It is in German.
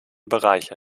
bereiche